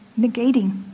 negating